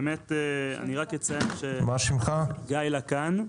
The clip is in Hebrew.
גיא לקן,